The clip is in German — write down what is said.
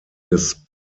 des